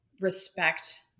respect